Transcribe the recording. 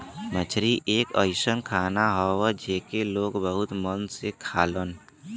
मछरी एक अइसन खाना हौ जेके लोग बहुत मन से खालन